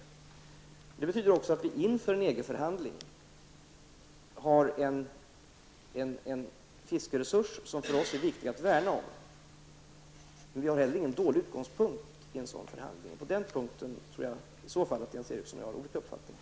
Detta betyder också att vi inför en EG-förhandling har en fiskeresurs som för oss är viktig att värna om. Vi har heller ingen dålig utgångspunkt i en sådan förhandling. På den punkten tror jag i så fall att Jens Eriksson och jag har olika uppfattningar.